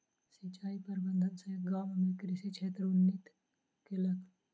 सिचाई प्रबंधन सॅ गाम में कृषि क्षेत्र उन्नति केलक